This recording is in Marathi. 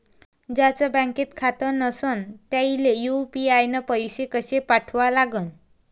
ज्याचं बँकेत खातं नसणं त्याईले यू.पी.आय न पैसे कसे पाठवा लागन?